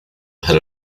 head